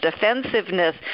defensiveness